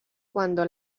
cuando